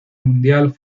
mundial